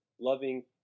loving